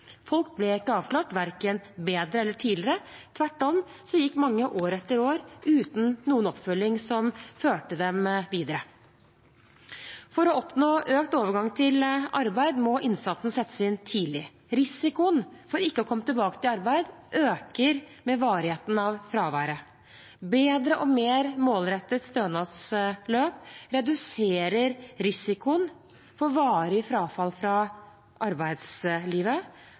Folk ble ikke avklart verken bedre eller tidligere – tvert om gikk mange år etter år uten noen oppfølging som førte dem videre. For å oppnå økt overgang til arbeid må innsatsen settes inn tidlig. Risikoen for ikke å komme tilbake til arbeid øker med varigheten av fraværet. Bedre og mer målrettede stønadsløp reduserer risikoen for varig frafall fra arbeidslivet